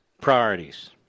priorities